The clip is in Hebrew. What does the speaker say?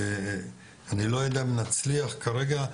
אני לא יודע אם נצליח כרגע,